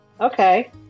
Okay